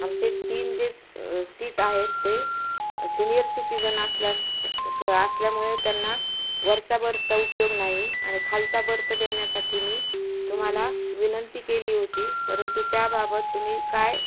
आमचे तीन जे सीट आहेत ते सिनियर सिटीजन असल्यास क असल्यामुळे त्यांना वरच्या बर्थचा उपयोग नाही आणि खालचा बर्थ देण्या्साठी मी तुम्हाला विनंती केली होती परंतु त्याबाबत तुम्ही काय